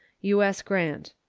u s. grant.